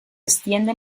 extiende